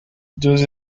deux